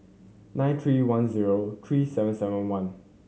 nine three one zero three seven seven one